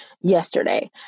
yesterday